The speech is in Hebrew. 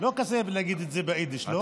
לא קשה להגיד את זה ביידיש, לא?